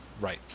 right